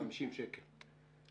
ולפי השלט מאחוריך אנחנו יכולים